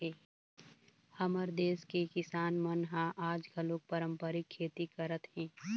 हमर देस के किसान मन ह आज घलोक पारंपरिक खेती करत हे